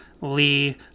Lee